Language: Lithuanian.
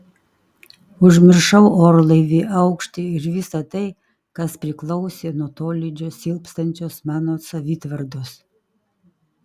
užmiršau orlaivį aukštį ir visa tai kas priklausė nuo tolydžio silpstančios mano savitvardos